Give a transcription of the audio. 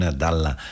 dalla